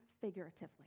figuratively